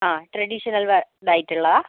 ആ traditional wear ആയിട്ടുള്ളതാണോ